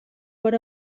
per